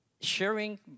Sharing